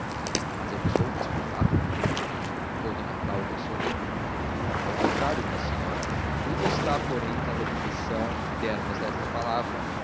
mas eu não sou inexplicável replicou d cláudia sorrindo ao contrário minha senhora tudo está porém na definição que dermos a esta palavra